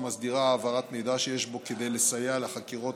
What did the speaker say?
ומסדירה העברת מידע שיש בו כדי לסייע לחקירות